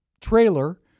trailer